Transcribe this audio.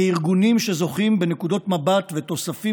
כארגונים שזוכים בנקודות מבט ותוספים